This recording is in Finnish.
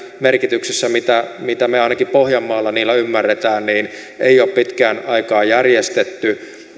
merkityksessä mitä mitä me ainakin pohjanmaalla niillä ymmärrämme ole pitkään aikaan järjestetty